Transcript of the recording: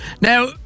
Now